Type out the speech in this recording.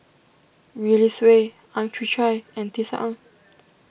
Gwee Li Sui Ang Chwee Chai and Tisa Ang